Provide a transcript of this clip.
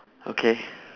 okay